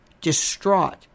distraught